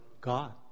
God